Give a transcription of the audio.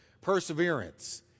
perseverance